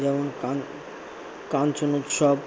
যেমন কাঞ্চন উৎসব